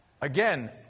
Again